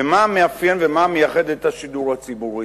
ומה מאפיין ומה מייחד את השידור הציבורי?